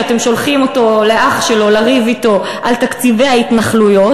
שאתם שולחים אותו לאח שלו לריב אתו על תקציבי ההתנחלויות,